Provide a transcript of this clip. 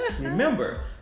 remember